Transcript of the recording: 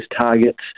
targets